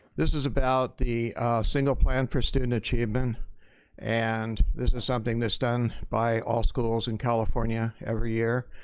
this is about the single plan for student achievement and this is something that's done by all schools in california every year.